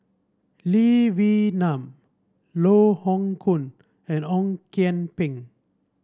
Lee Wee Nam Loh Hoong Kwan and Ong Kian Peng